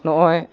ᱱᱚᱜᱼᱚᱭ